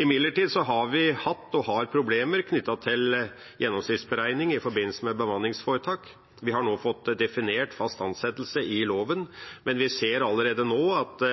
Imidlertid har vi og har hatt problemer knyttet til gjennomsnittsberegning i forbindelse med bemanningsforetak. Vi har nå fått definert fast ansettelse i loven, men vi ser allerede nå at